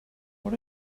what